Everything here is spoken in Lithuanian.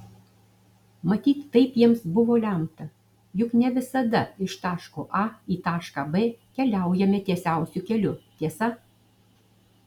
matyt taip jiems buvo lemta juk ne visada iš taško a į tašką b keliaujame tiesiausiu keliu tiesa